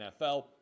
NFL